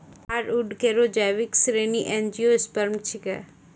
hardwood केरो जैविक श्रेणी एंजियोस्पर्म छिकै